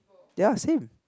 ya same